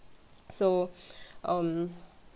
so um